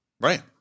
right